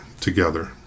together